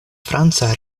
franca